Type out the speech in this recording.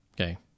Okay